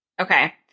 Okay